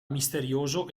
misterioso